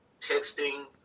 texting